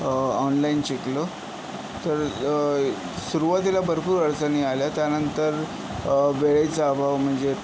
online शिकलो तर सुरवातीला भरपूर अडचणी आल्या त्यानंतर वेळेचा अभाव म्हणजे